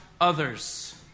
others